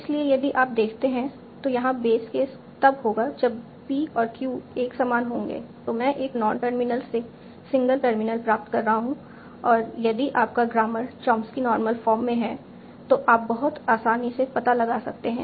इसलिए यदि आप देखते हैं तो यहां बेस केस तब होगा जब p और q एक समान होंगे तो मैं एक नॉन टर्मिनल से सिंगल टर्मिनल प्राप्त कर रहा हूं और यदि आपका ग्रामर चॉम्स्की नॉर्मल फॉर्म में है तो आप बहुत आसानी से पता लगा सकते हैं